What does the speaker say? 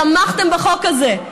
תמכתם בחוק הזה,